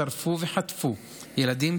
שרפו וחטפו ילדים,